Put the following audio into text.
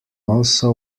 also